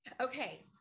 Okay